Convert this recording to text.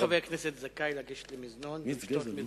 כנסת זכאי לגשת למזנון, לשתות מיץ גזר.